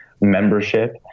membership